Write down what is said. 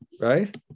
right